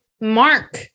mark